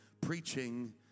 preaching